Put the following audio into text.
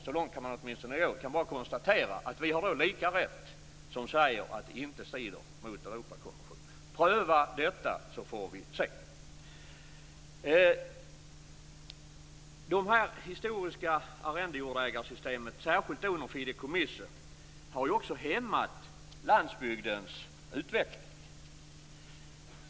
Vi som säger att detta inte strider mot Europakonventionen har lika rätt som de som menar motsatsen. Pröva detta så får vi se! Det historiska arrendejordägarsystemet har, särskilt under fideikommissen, hämmat landsbygdens utveckling.